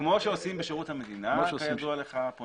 כמו שעושים בשירות המדינה, כידוע לך.